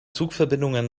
zugverbindungen